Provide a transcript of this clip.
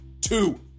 two